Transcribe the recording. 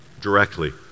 directly